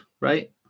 right